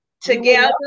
together